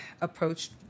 approached